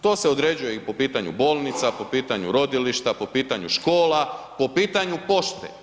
To se određuje i po pitanju bolnica, po pitanju rodilišta, po pitanju škola, po pitanju pošte.